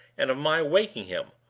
and of my waking him!